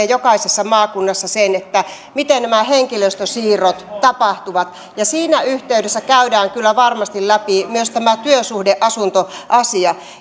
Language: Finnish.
jokaisessa maakunnassa sen miten nämä henkilöstösiirrot tapahtuvat siinä yhteydessä käydään kyllä varmasti läpi myös tämä työsuhdeasuntoasia